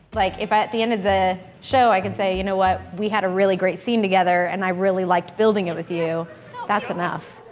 like if at the end of the show i can say you know what we had a really great scene together and i really liked building it with you that's enough.